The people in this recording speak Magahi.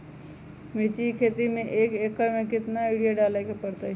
मिर्च के खेती में एक एकर में कितना यूरिया डाले के परतई?